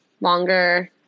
longer